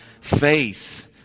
faith